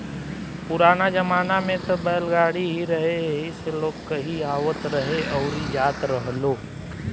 पुराना जमाना में त बैलगाड़ी ही रहे एही से लोग कहीं आवत रहे अउरी जात रहेलो